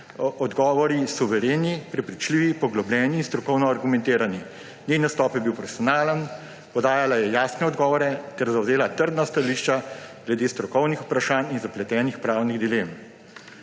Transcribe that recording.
odgovori suvereni, prepričljivi, poglobljeni in strokovno argumentirani. Njen nastop je bil profesionalen, podajala je jasne odgovore ter zavzela trdna stališča glede strokovnih vprašanj in zapletenih pravnih dilem.